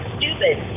stupid